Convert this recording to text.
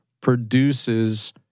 produces